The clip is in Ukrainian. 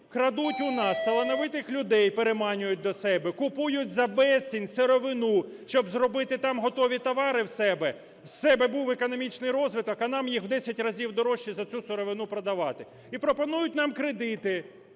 крадуть у нас талановитих людей, переманюють до себе, купують за безцінь сировину, щоб зробити там готові товари в себе, в себе був економічний розвиток, а нам їх в 10 разів дорожче за цю сировину продавати, і пропонують нам кредити